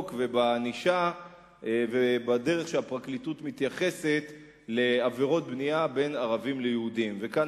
ובענישה ובדרך שבה הפרקליטות מתייחסת לעבירות בנייה אצל יהודים ואצל